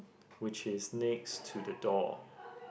which is next to the door